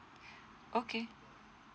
okay